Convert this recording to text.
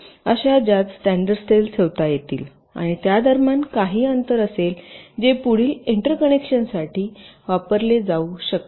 अशा ज्यात standard cell ठेवता येतील आणि त्या दरम्यान काही अंतर असेल जे पुढील एंटरकनेक्शनसाठी वापरले जाऊ शकतात